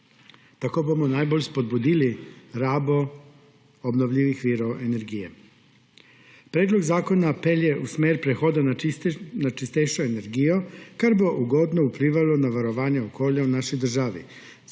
Tako bomo najbolj spodbudili rabo obnovljivih virov energije. Predlog zakona pelje v smeri prehoda na čistejšo energijo, kar bo ugodno vplivalo na varovanje okolja v naši državi.